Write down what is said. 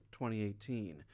2018